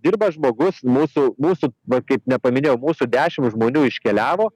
dirba žmogus mūsų mūsų va kaip nepaminėjau mūsų dešimt žmonių iškeliavo